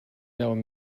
veuen